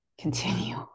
continue